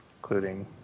including